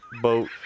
Boat